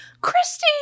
Christy